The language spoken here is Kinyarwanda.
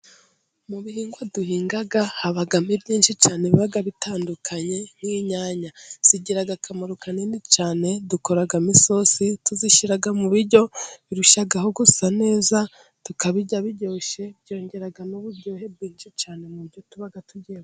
Mu bihingwa duhinga habamo byinshi cyane biba bitandukanye, nk'inyanya zigira akamaro kanini cyane, dukoramo isosi, tuzishyira mu biryo birushaho gusa neza, tukabirya biryoshye, byongera n'uburyohe bwinshi cyane, mu biryo tuba tugiye kurya.